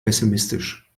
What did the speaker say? pessimistisch